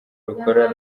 rukora